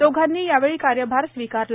दोघांनी यावेळी कार्यभार स्वीकारला